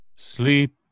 Sleep